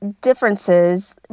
differences